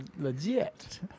legit